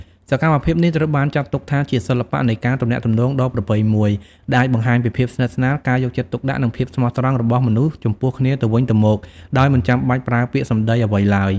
សកម្មភាពនេះត្រូវបានចាត់ទុកថាជាសិល្បៈនៃការទំនាក់ទំនងដ៏ប្រពៃមួយ ដែលអាចបង្ហាញពីភាពស្និទ្ធស្នាល ការយកចិត្តទុកដាក់ និងភាពស្មោះត្រង់របស់មនុស្សចំពោះគ្នាទៅវិញទៅមកដោយមិនចាំបាច់ប្រើពាក្យសម្ដីអ្វីឡើយ។